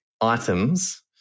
items